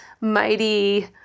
mighty